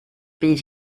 bydd